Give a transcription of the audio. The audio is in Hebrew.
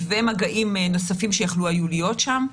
ומגעים נוספים שהיו יכולים להיות שם.